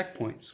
checkpoints